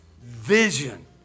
vision